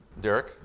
Derek